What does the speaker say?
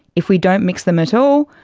if we don't mix them at all,